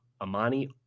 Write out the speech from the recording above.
Amani